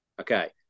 Okay